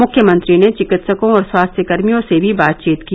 मुख्यमंत्री ने चिकित्सकों और स्वास्थ्यकर्मियों से भी बातचीत की